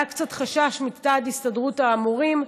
היה קצת חשש מצד הסתדרות המורים.